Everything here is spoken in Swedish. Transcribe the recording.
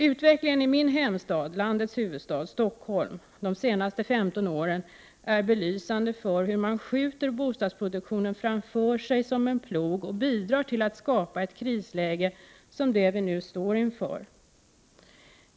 Utvecklingen i min hemstad, landets huvudstad Stockholm, de senaste 15 åren är belysande för hur man skjuter bostadsproduktionen framför sig som en plog och bidrar till att skapa ett krisläge som det vi nu står inför.